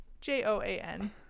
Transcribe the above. j-o-a-n